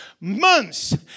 months